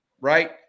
Right